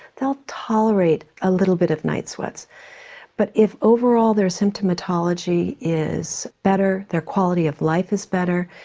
they'll tolerate a little bit of night sweats but if overall their symptomatology is better, their quality of life is better,